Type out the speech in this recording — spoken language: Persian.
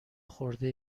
خورده